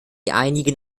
einigen